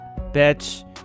Bitch